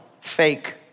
fake